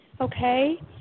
Okay